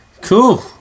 Cool